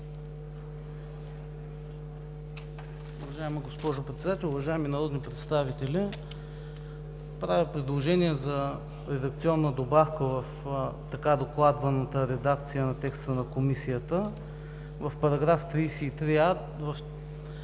Уважаема госпожо Председател, уважаеми народни представители! Правя предложение за редакционна добавка в така докладваната редакция на текста на Комисията: В § 33а,